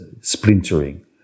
splintering